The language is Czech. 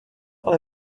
ale